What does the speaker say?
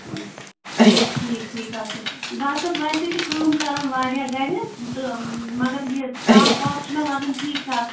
ٲں ٹھیٖک ٹھیٖک ٹھیٖک حظ چھُ بہٕ حظ چھَس ویسے تہِ کٲم کَران واریاہ گَرِ تہٕ مگر یہِ تاپھ واپھ چھُ مےٚ لَگَان ٹھیٖک ٹھاک